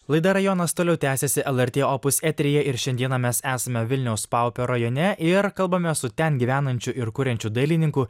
laida rajonas toliau tęsiasi lrt opus eteryje ir šiandieną mes esame vilniaus paupio rajone ir kalbame su ten gyvenančiu ir kuriančiu dailininku